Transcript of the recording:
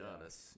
honest